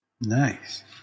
Nice